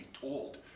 told